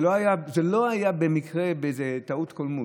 זה לא היה במקרה, באיזו טעות קולמוס.